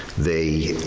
they